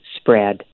spread